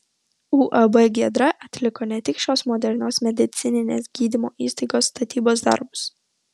uab giedra atliko ne tik šios modernios medicininės gydymo įstaigos statybos darbus